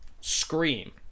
Scream